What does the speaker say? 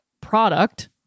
product